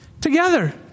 together